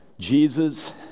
Jesus